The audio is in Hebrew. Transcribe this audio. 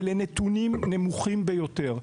אלה נתונים נמוכים ביותר.